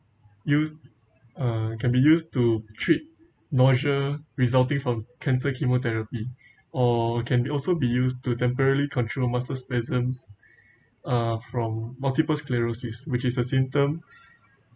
used uh can be used to treat nausea resulting from cancer chemotherapy or can also be used to temporarily control muscle spasms uh from multiple sclerosis which is a symptom